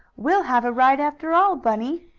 we'll have a ride, after all, bunny.